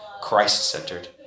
Christ-centered